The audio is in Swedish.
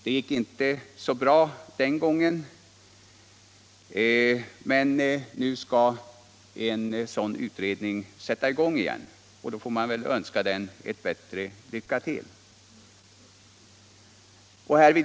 Det' gick inte så bra den gången, men nu skall en ny utredning sätta i gång, och man får väl önska den bättre lycka.